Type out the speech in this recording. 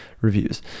reviews